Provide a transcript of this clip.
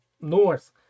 north